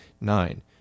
Nine